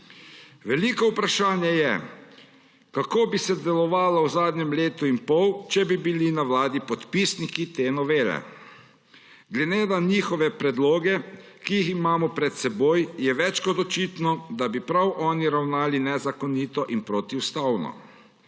Veliko vprašanje je, kako bi se delovalo v zadnjem letu in pol, če bi bili na vladi podpisniki te novele. Glede na njihove predloge, ki jih imamo pred seboj, je več kot očitno, da bi prav oni ravnali nezakonito in protiustavno.